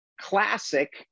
classic